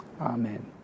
Amen